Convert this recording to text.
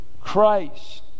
Christ